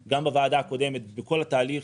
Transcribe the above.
גם בוועדה הקודמת ובכל התהליך,